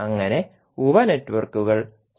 അങ്ങനെ ഉപ നെറ്റ്വർക്കുകൾ സമാന്തരമായിരിക്കും